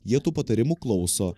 jie tų patarimų klauso